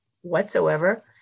whatsoever